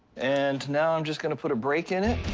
and now i'm just gonna put a break in it.